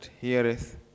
heareth